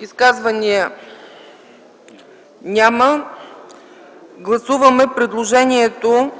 Изказвания? Няма. Гласуваме предложението